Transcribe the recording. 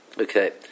Okay